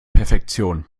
perfektion